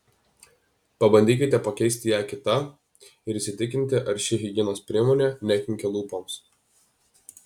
pabandykite pakeisti ją kita ir įsitikinti ar ši higienos priemonė nekenkia lūpoms